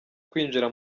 kwinjira